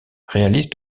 réalise